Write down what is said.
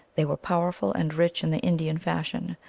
they were powerful and rich in the indian fashion,